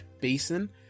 basin